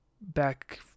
back